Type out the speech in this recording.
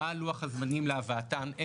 מה לוח הזמנים להבאתן,